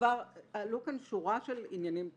עלתה כאן שורה של עניינים תמוהים,